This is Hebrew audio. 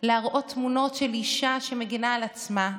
להראות תמונות של אישה שמגינה על עצמה,